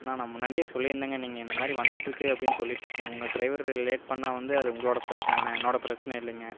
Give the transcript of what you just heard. அண்ணா நான் முன்னாடியா சொல்லியிருந்தேங்க நீங்கள் இந்த மாதிரி வந்திட்டுருக்குது அப்படின் சொல்லிட்டு இருக்கீங்க உங்க ட்ரைவரு லேட் பண்ணால் வந்து அது உங்களோடய பிரச்சனைங்கண்ணா என்னோடய பிரச்சனை இல்லைங்க